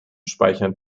speichern